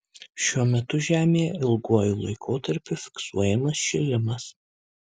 šiuo metu žemėje ilguoju laikotarpiu fiksuojamas šilimas